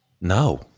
No